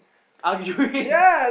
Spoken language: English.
arguing